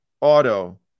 auto